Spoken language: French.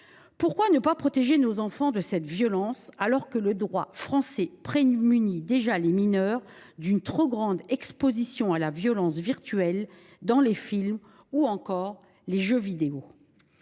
Pourquoi ne pas protéger nos enfants de cette violence, alors que le droit français prémunit déjà les mineurs contre une trop grande exposition à la violence virtuelle dans les films ou les jeux vidéo ?